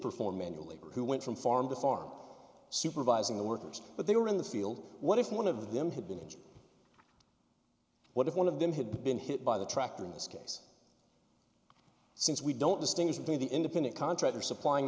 perform manual labor who went from farm to farm supervising the workers but they were in the field what if one of them had been injured what if one of them had been hit by the tractor in this case since we don't distinguish between the independent contractor supplying